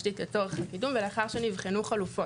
התשתית לצורך הקידום ולאחר שנבחנו חלופות.